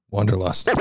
Wonderlust